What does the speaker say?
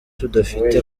tudafite